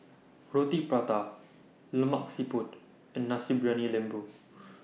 Roti Prata Lemak Siput and Nasi Briyani Lembu